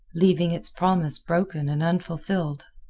leaving its promise broken and unfulfilled.